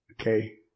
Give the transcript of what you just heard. Okay